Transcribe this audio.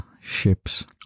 ships